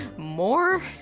more?